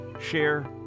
share